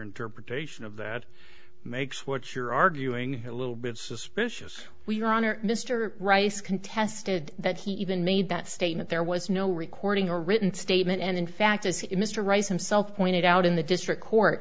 interpretation of that makes what you're arguing a little bit suspicious we honor mr rice contested that he even made that statement there was no recording a written statement and in fact as mr rice himself pointed out in the district court